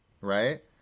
right